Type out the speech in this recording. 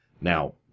Now